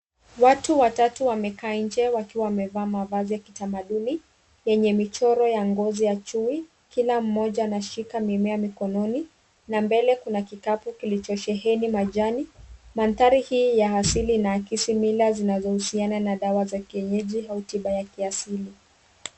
Watu watatu wamekaa nje wakiwa wamevaa mavazi ya kitamaduni yenye michoro ya ngozi ya chui kila mmoja anashika mimea mikononi na mbele kuna kikapu kilichosheheni majani. Mandhari hii ya asili inahakisi mila zinazohusiana na dawa za kienyeji au tiba ya kiasili.